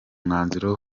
mwanzuro